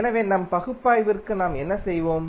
எனவே நம் பகுப்பாய்விற்கு நாம் என்ன செய்வோம்